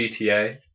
gta